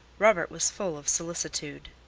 robert was full of solicitude.